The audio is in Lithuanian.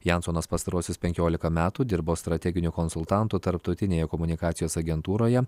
jansonas pastaruosius penkiolika metų dirbo strateginiu konsultantu tarptautinėje komunikacijos agentūroje